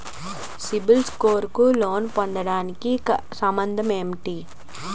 CIBIL score కు loan పొందటానికి సంబంధం ఏంటి?